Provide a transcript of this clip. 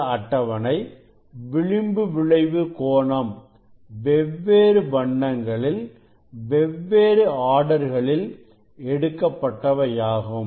இந்த அட்டவணை விளிம்பு விளைவு கோணம் வெவ்வேறு வண்ணங்களில் வெவ்வேறு ஆர்டர்களில் எடுக்கப்பட்டவையாகும்